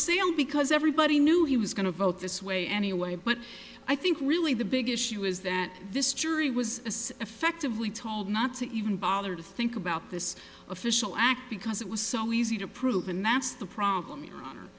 him because everybody knew he was going to vote this way anyway but i think really the big issue is that this jury was as effectively told not to even bother to think about this official act because it was so easy to prove and that's the problem